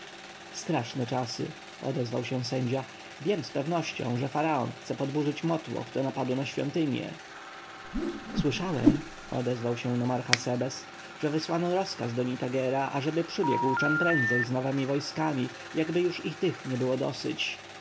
straszne czasy odezwał się sędzia wiem z pewnością że faraon chce podburzyć motłoch do napadu na świątynie słyszałem odezwał się nomarcha sebes że wysłano rozkaz do nitagera ażeby przybiegł czem prędzej z nowemi wojskami jakby już i tych nie było dosyć